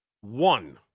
One